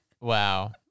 wow